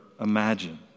imagine